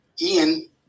Ian